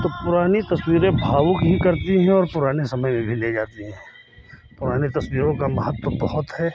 तो पुरानी तस्वीरें भावुक भी करती हैं और पुराने समय में भी ले जाती हैं पुरानी तस्वीरों का महत्व बहुत है